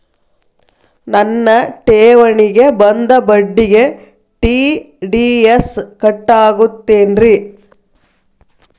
ನನ್ನ ಠೇವಣಿಗೆ ಬಂದ ಬಡ್ಡಿಗೆ ಟಿ.ಡಿ.ಎಸ್ ಕಟ್ಟಾಗುತ್ತೇನ್ರೇ?